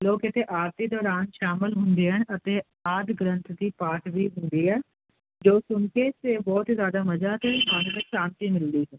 ਲੋਕ ਇਥੇ ਆਰਤੀ ਦੌਰਾਨ ਸ਼ਾਮਿਲ ਹੁੰਦੇ ਹਨ ਅਤੇ ਆਦਿ ਗ੍ਰੰਥ ਦੀ ਪਾਠ ਵੀ ਹੁੰਦੇ ਆ ਜੋ ਸੁਣ ਕੇ ਤੇ ਬਹੁਤ ਜਿਆਦਾ ਮਜਾ ਤੇ ਟਰਾਂਸਟੀ ਮਿਲਦੀ